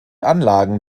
anlagen